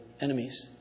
enemies